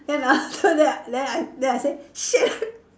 then after that then I then I said shit